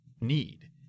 need